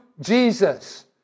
Jesus